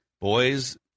Boys